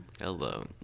Hello